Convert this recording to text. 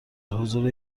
حضور